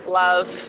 love